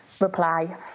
reply